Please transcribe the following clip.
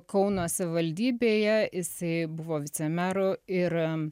kauno savivaldybėje jisai buvo vicemeru ir